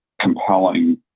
compelling